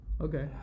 Okay